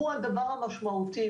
הוא הדבר המשמעותי,